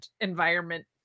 environment